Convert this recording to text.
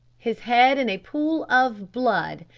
his head in a pool of blood,